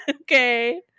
Okay